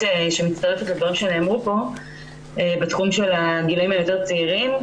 שמצטרפת לדברים שנאמרו פה בתחום של הגילאים היותר צעירים,